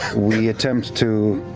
we attempt to